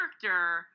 character